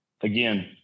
again